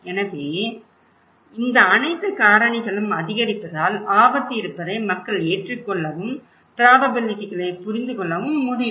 எனவே இந்த அனைத்து காரணிகளும் அதிகரிப்பதால் ஆபத்து இருப்பதை மக்கள் ஏற்றுக்கொள்ளவும் ப்ராபபிலிட்டிக்களைப் புரிந்துகொள்ளவும் முடியும்